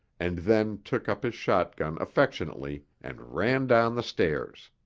and then took up his shotgun affectionately and ran down the stairs.